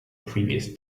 previous